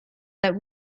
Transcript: that